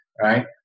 right